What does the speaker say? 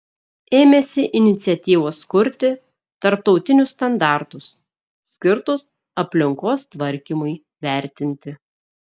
ėmėsi iniciatyvos kurti tarptautinius standartus skirtus aplinkos tvarkymui vertinti